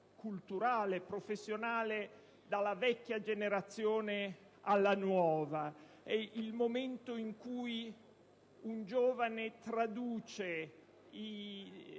e professionale dalla vecchia generazione alla nuova, è il momento in cui un giovane traduce